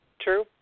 True